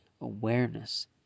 awareness